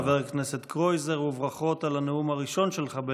תודה לחבר הכנסת קרויזר וברכות על הנאום בן הדקה הראשון שלך,